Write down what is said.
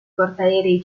portaerei